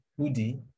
hoodie